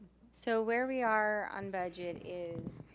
so where we are on budget is,